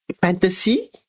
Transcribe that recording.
fantasy